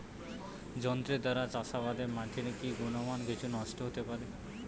যন্ত্রের দ্বারা চাষাবাদে মাটির কি গুণমান কিছু নষ্ট হতে পারে?